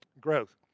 growth